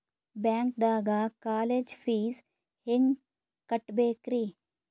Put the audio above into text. ಬ್ಯಾಂಕ್ದಾಗ college fees ಹೆಂಗ್ ಕಟ್ಟ್ಬೇಕ್ರಿ?